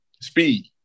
speed